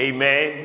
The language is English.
Amen